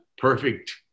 perfect